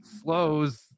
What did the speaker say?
slows